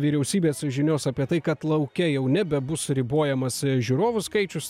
vyriausybės žinios apie tai kad lauke jau nebebus ribojamas žiūrovų skaičius